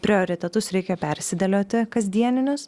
prioritetus reikia persidėlioti kasdieninius